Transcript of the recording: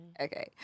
Okay